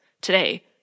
today